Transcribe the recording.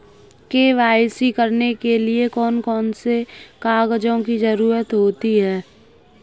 KYC करने के लिए कौन कौन से कागजों की जरूरत होती है?